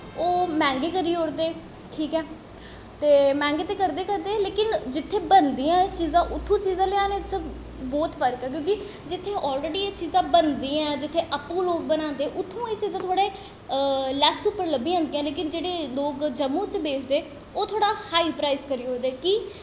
ओह् मैंह्गे करी ओड़दे ठीक ऐ ते मैंह्गे करदे गै करदे ऐं लेकिन जित्थै बनदियां न एह् चीजां उत्थूं चीज़ां लैआने च बौह्त फर्क ऐ क्योंकि जित्थें आलरड़ी एह् चीज़ां बनदियां ऐं जित्थें अप्पूं लोग बनांदे उत्थूं एह् चीजां थोह्ड़े लैस्स च लब्भी जंदियां पर जेह्ड़े लोग जम्मू च बेचदे ओह् थोह्ड़ा हाई प्राइस करी ओड़दे कि